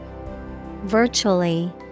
Virtually